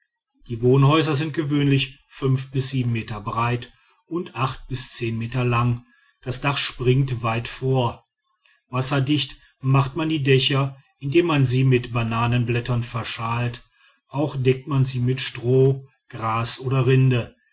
die wohnhäuser sind gewöhnlich fünf bis sieben meter breit und acht bis zehn meter lang das dach springt weit vor wasserdicht macht man die dächer indem man sie mit bananenblättern verschalt auch deckt man sie mit stroh gras oder rinde